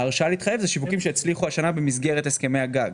ההרשאה להתחייב אלה שיווקים שהצליחו השנה במסגרת הסכמי הגג.